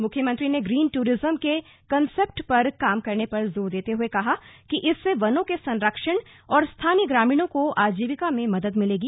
मुख्यमंत्री ने green tourism की कन्सेप्ट पर काम करने पर जोर देते हुए कहा कि इससे वनों के संरक्षण और स्थानीय ग्रामीणों को आजीविका में मदद मिलेगी